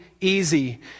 easy